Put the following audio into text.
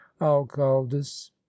alcaldes